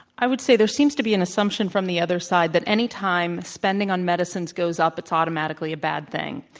i would say, there seems to be an assumption from the other side that anytime spending on medicines goes up, it's automatically a bad thing.